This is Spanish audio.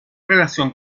relación